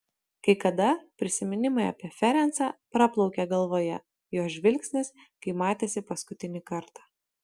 kai kada prisiminimai apie ferencą praplaukia galvoje jo žvilgsnis kai matėsi paskutinį kartą